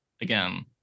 again